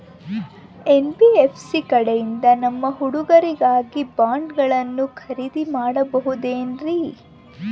NBFC ಕಡೆಯಿಂದ ನಮ್ಮ ಹುಡುಗರಿಗಾಗಿ ಬಾಂಡುಗಳನ್ನ ಖರೇದಿ ಮಾಡಬಹುದೇನ್ರಿ?